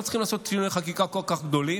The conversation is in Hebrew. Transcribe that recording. צריכים לעשות שינויי חקיקה כל כך גדולים,